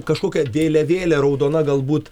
kažkokia vėliavėlė raudona galbūt